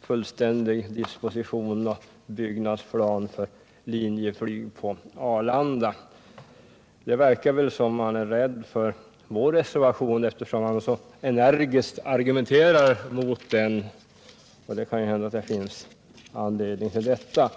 fullständig disposition och byggnadsplan för Linjeflyg. Det verkar som om han är rädd för vår reservation eftersom han så energiskt argumenterat mot den. Men kanhända det finns anledning till detta.